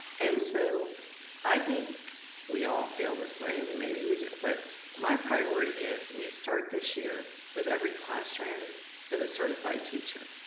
and so i think we all feel this way, and maybe we don't, but my priority is, we start this year with every classroom with a certified teacher.